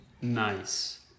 nice